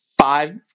five